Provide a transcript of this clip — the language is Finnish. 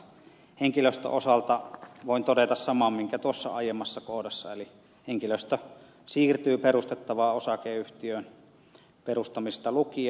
henkilöstön osalta voin todeta saman kuin tuossa aiemmassa kohdassa eli henkilöstö siirtyy perustettavaan osakeyhtiöön perustamisesta lukien